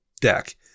deck